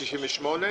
צריך לתאם את זה.